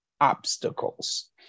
obstacles